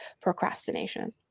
procrastination